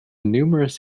numerous